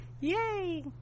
yay